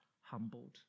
humbled